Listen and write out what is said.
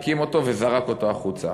הקים אותו וזרק אותו החוצה.